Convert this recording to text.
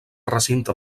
recinte